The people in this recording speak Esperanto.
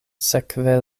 sekve